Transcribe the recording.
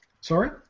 Sorry